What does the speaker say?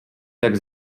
tak